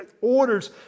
orders